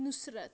Nusrat